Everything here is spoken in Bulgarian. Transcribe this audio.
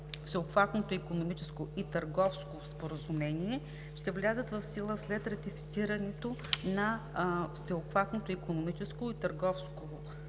Всеобхватното икономическо и търговско споразумение, ще влязат в сила след ратифицирането на Всеобхватното икономическо и търговско споразумение